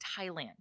Thailand